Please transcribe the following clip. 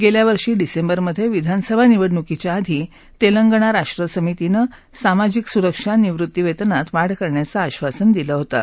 गेल्यावर्षी डिसेंबरमधे विधानसभा निवडणुकीच्या आधी तेलंगणा राष्ट्र समितीनं सामाजिक सुरक्षा निवृत्तीवेतनात वाढ करण्याचं आश्वासन दिलं होतं